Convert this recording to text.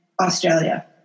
Australia